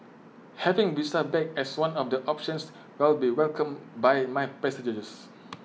having visa back as one of the options will be welcomed by my passengers